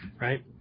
right